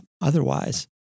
otherwise